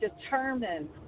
determine